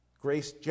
grace